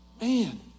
Man